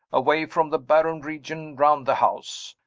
away from the barren region round the house.